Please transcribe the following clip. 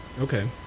Okay